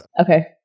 Okay